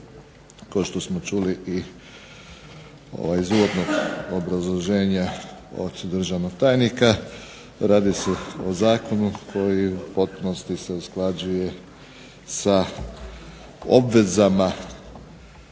Kao što smo čuli iz uvodnog obrazloženja od državnog tajnika, radi se o zakonu koji se u potpunosti usklađuje sa obvezama